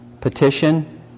petition